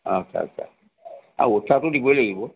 আচ্ছা আচ্ছা আৰু উৎসাহটো দিবই লাগিব